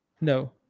No